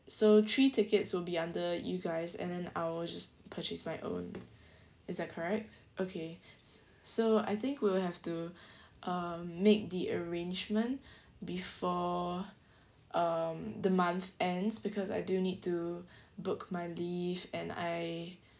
so three tickets will be under you guys and then ours just purchase my own is that correct okay so I think we will have to um make the arrangement before um the month ends because I do need to book my leave and I